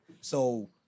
So-